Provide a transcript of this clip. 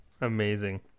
Amazing